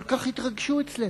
למה כל כך התרגשו אצלנו?